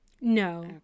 no